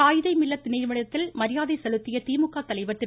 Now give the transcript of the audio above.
காயிதே மில்லத் நினைவிடத்தில் மரியாதை செலுத்திய திமுக தலைவர் திரு